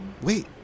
Wait